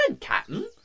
Captain